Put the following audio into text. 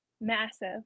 massive